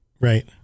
Right